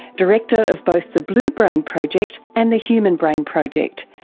director of both the blue brain project and the human brain project,